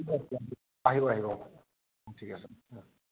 আহিব আহিব ঠিক আছে